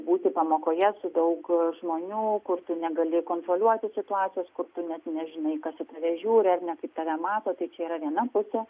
būti pamokoje su daug žmonių kur tu negali kontroliuoti situacijos kur tu net nežinai kas į tave žiūri ar ne kaip tave mato tai čia yra viena pusė